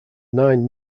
nine